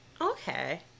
okay